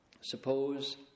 suppose